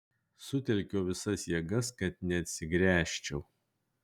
sutelkiau visas jėgas kad neatsigręžčiau